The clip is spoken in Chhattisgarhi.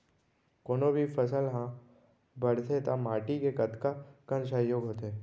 कोनो भी फसल हा बड़थे ता माटी के कतका कन सहयोग होथे?